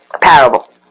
parable